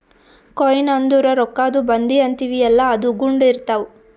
coin ಅಂದುರ್ ರೊಕ್ಕಾದು ಬಂದಿ ಅಂತೀವಿಯಲ್ಲ ಅದು ಗುಂಡ್ ಇರ್ತಾವ್